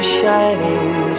shining